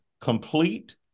complete